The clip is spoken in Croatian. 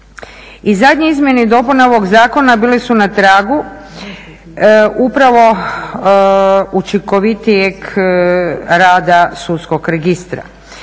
I zadnje izmjene i dopune ovog zakona bile su na tragu upravo učinkovitijeg rada sudskog registra